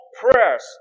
prayers